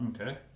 Okay